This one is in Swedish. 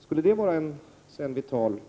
Skulle en vital